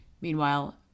Meanwhile